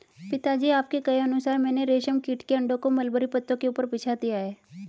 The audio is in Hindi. पिताजी आपके कहे अनुसार मैंने रेशम कीट के अंडों को मलबरी पत्तों के ऊपर बिछा दिया है